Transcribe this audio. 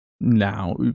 now